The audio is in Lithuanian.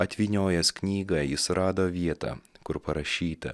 atvyniojęs knygą jis rado vietą kur parašyta